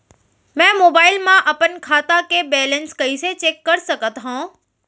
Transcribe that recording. मैं मोबाइल मा अपन खाता के बैलेन्स कइसे चेक कर सकत हव?